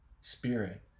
spirit